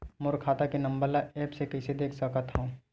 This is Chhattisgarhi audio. मोर खाता के नंबर ल एप्प से कइसे देख सकत हव?